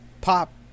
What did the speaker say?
pop